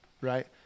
right